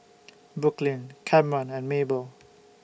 Brooklynn Camron and Maybell